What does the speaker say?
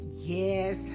yes